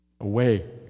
Away